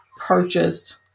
purchased